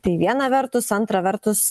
tai viena vertus antra vertus